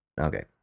Okay